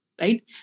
right